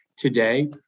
Today